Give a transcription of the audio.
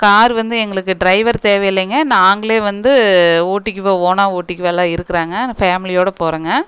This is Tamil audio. கார் வந்து எங்களுக்கு ட்ரைவர் தேவையில்லைங்க நாங்களே வந்து ஓட்டிக்குவோம் ஓனாக ஓட்டிக்குவோம் எல்லாம் இருக்கிறாங்க நான் ஃபேமிலியோட போகிறேங்க